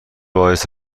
باعث